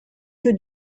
que